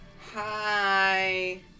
Hi